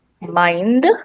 mind